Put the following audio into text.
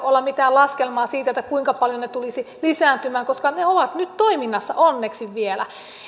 olla mitään laskelmaa siitä kuinka paljon ne tulisivat lisääntymään koska ne ovat nyt toiminnassa onneksi vielä